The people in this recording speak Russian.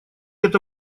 это